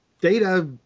data